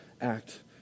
act